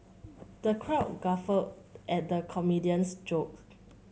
the crowd guffawed at the comedian's joke